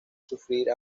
sufrir